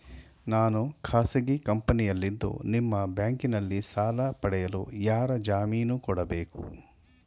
ನಾನು ಖಾಸಗಿ ಕಂಪನಿಯಲ್ಲಿದ್ದು ನಿಮ್ಮ ಬ್ಯಾಂಕಿನಲ್ಲಿ ಸಾಲ ಪಡೆಯಲು ಯಾರ ಜಾಮೀನು ಕೊಡಬೇಕು?